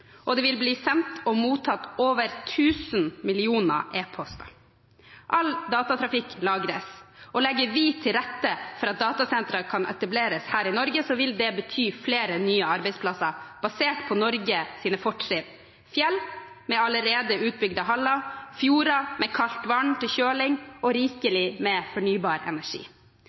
og det vil bli sendt og mottatt over 1 000 millioner e-poster. All datatrafikk lagres. Legger vi til rette for at datasentre kan etableres her i Norge, vil det bety flere nye arbeidsplasser basert på Norges fortrinn: fjell, med allerede utbygde haller, fjorder, med kaldt vann til kjøling, og rikelig med fornybar energi.